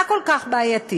מה כל כך בעייתי?